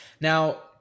Now